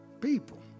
People